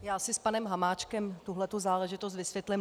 Já si s panem Hamáčkem tuhle záležitost vysvětlím.